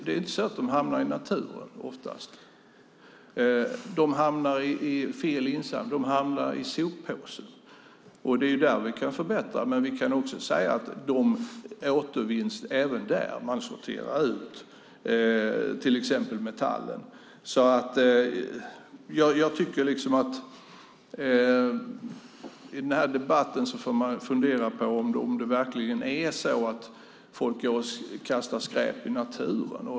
De hamnar oftast inte i naturen. De hamnar i soppåsen. Vi kan förbättra det, men de återvinns även där. Man sorterar ut till exempel metallen. I den här debatten får man fundera på om folk verkligen kastar skräp i naturen.